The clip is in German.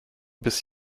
bis